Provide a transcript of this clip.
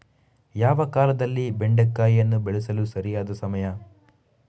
ಯಾವ ಕಾಲದಲ್ಲಿ ಬೆಂಡೆಕಾಯಿಯನ್ನು ಬೆಳೆಸಲು ಸರಿಯಾದ ಸಮಯ?